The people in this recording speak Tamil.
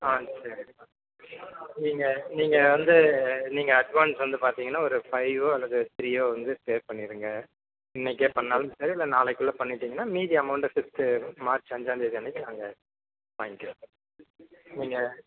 ஆ சரி நீங்கள் நீங்கள் வந்து நீங்கள் அட்வான்ஸ் வந்து பார்த்தீங்கன்னா ஒரு ஃபைவோ அல்லது த்ரீயோ வந்து பே பண்ணிடுங்க இன்றைக்கே பண்ணாலும் சரி இல்லை நாளைக்குள்ளே பண்ணிட்டீங்கன்னா மீதி அமௌண்ட்டை ஃபிஃப்த்து மார்ச் அஞ்சாந்தேதி அன்னக்கு நாங்கள் வாங்கிறோம் நீங்கள்